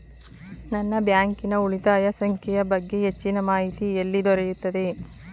ನನ್ನ ಬ್ಯಾಂಕಿನ ಉಳಿತಾಯ ಸಂಖ್ಯೆಯ ಬಗ್ಗೆ ಹೆಚ್ಚಿನ ಮಾಹಿತಿ ಎಲ್ಲಿ ದೊರೆಯುತ್ತದೆ?